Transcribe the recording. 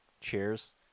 cheers